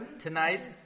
tonight